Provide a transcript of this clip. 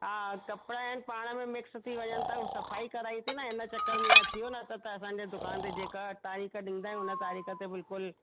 हा कपिड़ा आहिनि पाण में मिक्स थी वञनि था हू सफ़ाई कराईसीं न हिन चक्कर में हीअं थी वियो न त त असांजे दुकान ते जेका तारीख़ ॾींदा आहियूं हुन तारीख़ ते बिल्कुलु